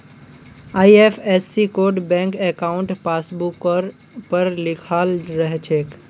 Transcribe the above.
IFSC code bank अंकाउट पासबुकवर पर लिखाल रह छेक